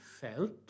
felt